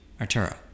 Arturo